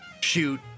shoot